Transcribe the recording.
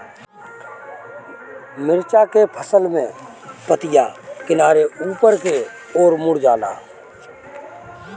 मिरचा के फसल में पतिया किनारे ऊपर के ओर मुड़ जाला?